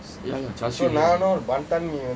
ya lah char siew mee